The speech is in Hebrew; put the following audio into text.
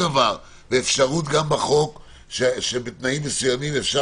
ואפשרות גם בחוק שבתנאים מסוימים אפשר